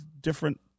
different